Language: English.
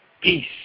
peace